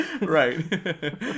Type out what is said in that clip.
Right